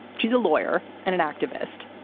she's a lawyer and an activist.